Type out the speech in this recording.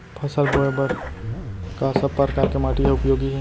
फसल बोए बर का सब परकार के माटी हा उपयोगी हे?